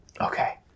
Okay